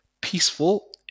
peaceful